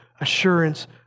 assurance